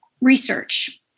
research